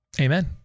Amen